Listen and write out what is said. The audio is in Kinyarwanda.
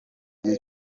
iyo